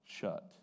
shut